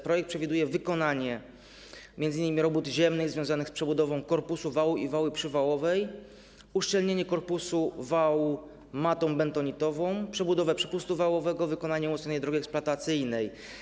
Projekt obejmuje wykonanie m.in. robót ziemnych związanych z przebudową korpusu wału i ławy przywałowej, uszczelnienie korpusu wału matą bentonitową, przebudowę przepustu wałowego, wykonanie umocnienia drogi eksploatacyjnej.